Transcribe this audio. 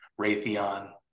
Raytheon